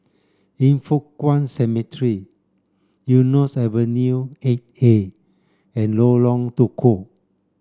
Yin Foh Kuan Cemetery Eunos Avenue eight A and Lorong Tukol